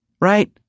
Right